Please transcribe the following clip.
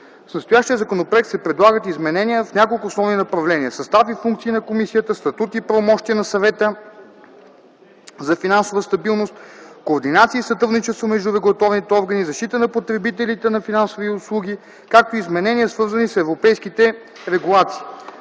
С настоящия законопроект се предлагат изменения в няколко основни направления - състав и функции на комисията, статут и правомощия на Съвета за финансова стабилност, координация и сътрудничество между регулаторните органи, защита на потребителите на финансови услуги, както и изменения, свързани с европейските регулации.